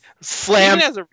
slam